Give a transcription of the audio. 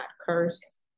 curse